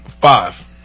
Five